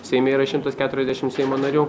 seime yra šimtas keturiasdešim seimo narių